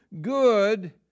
good